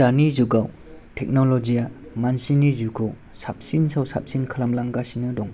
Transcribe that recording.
दानि जुगाव टेक्न'लजिया मानसिनि जिउखौ साबसिननि सायाव साबसिनै खालामलांगासिनो दं